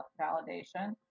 validation